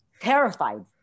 terrified